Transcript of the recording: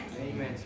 amen